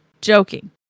joking